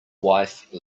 wife